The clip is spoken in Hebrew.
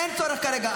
אין צורך כרגע.